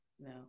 no